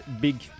Big